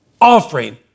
offering